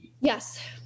Yes